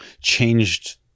changed